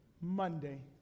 Monday